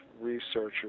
researchers